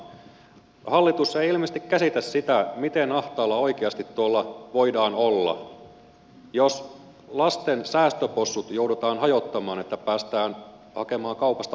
hallitus ei ilmeisesti käsitä sitä miten ahtaalla oikeasti tuolla voidaan olla jos lasten säästöpossut joudutaan hajottamaan että päästään hakemaan kaupasta maitoa